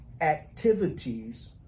activities